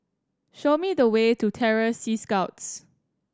show me the way to Terror Sea Scouts